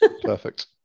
Perfect